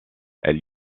elle